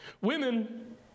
Women